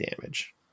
damage